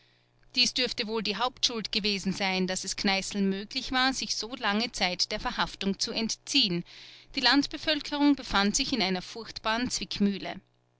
dies dürfte wohl die hauptschuld gewesen sein daß es kneißl möglich war sich so lange zeit der verhaftung zu entziehen die landbevölkerung befand sich in einer furchtbaren zwickmühle